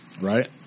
Right